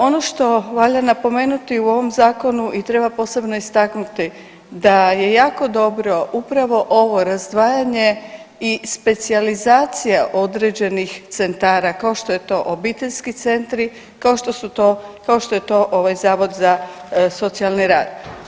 Ono što valja napomenuti u ovom zakonu i treba posebno istaknuti da je jako dobro upravo ovo razdvajanje i specijalizacija određenih centara kao što je to obiteljski centri, kao što su to, kao što je to ovaj Zavod za socijalni rad.